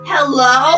Hello